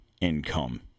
income